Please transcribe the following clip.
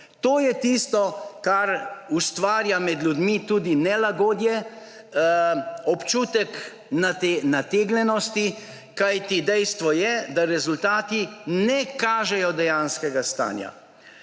To je tisto, kar ustvarja med ljudmi tudi nelagodje, občutek nategnjenosti. Kajti dejstvo je, da rezultati ne kažejo dejanskega stanja.